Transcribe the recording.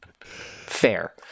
Fair